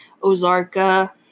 ozarka